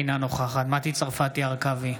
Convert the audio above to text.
אינה נוכחת מטי צרפתי הרכבי,